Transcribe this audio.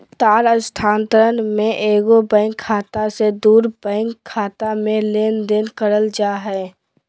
तार स्थानांतरण में एगो बैंक खाते से दूसर बैंक खाते में लेनदेन करल जा हइ